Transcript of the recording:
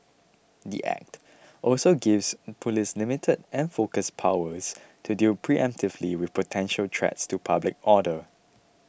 the Act also gives police limited and focused powers to deal preemptively with potential threats to public order